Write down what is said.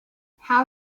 how